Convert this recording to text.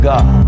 God